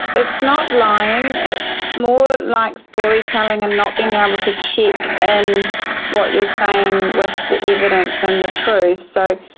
it's not lying, it's more like storytelling and not being able to check in and what you are saying with the evidence and the truth. so,